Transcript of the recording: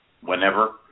whenever